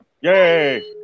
yay